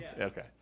Okay